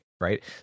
right